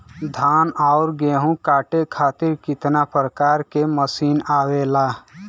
धान और गेहूँ कांटे खातीर कितना प्रकार के मशीन आवेला?